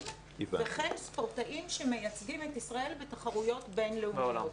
וכן ספורטאים שמייצגים את ישראל בתחרויות בין-לאומיות.